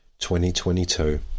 2022